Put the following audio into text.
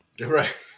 right